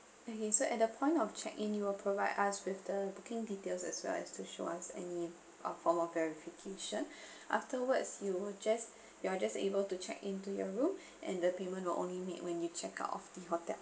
okay so at the point of check in you will provide us with the booking details as well as to show us any uh form of your verification afterwards you will just you're just able to check into your room and the payment will only made when you check out of the hotel